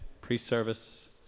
pre-service